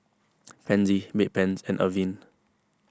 Pansy Bedpans and Avene